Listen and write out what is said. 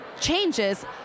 changes